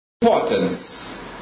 importance